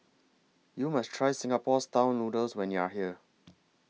YOU must Try Singapore Style Noodles when YOU Are here